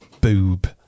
boob